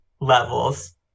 levels